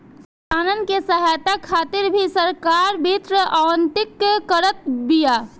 किसानन के सहायता खातिर भी सरकार वित्त आवंटित करत बिया